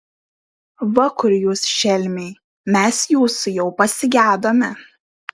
va kur jūs šelmiai mes jūsų jau pasigedome